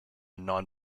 non